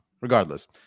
Regardless